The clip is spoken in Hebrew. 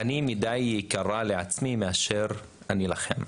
אני יקרה לעצמי יותר ממה שאני יקרה לכם.